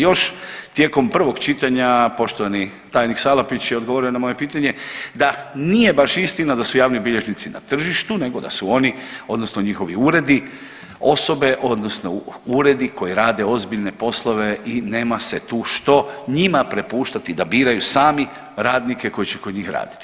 Još tijekom prvog čitanja poštovani tajnik Salapić je odgovorio na moje pitanje da nije baš istina da su javni bilježnici na tržištu, nego da su oni, odnosno njihovi uredi osobe, odnosno uredi koji rade ozbiljne poslove i nema se tu što njima prepuštati da biraju sami radnike koji će kod njih raditi.